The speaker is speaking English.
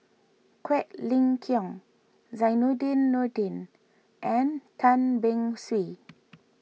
Quek Ling Kiong Zainudin Nordin and Tan Beng Swee